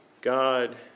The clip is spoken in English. God